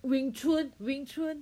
咏春咏春